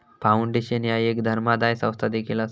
foundation ह्या एक धर्मादाय संस्था देखील असा